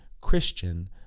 Christian